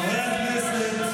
חברי הכנסת,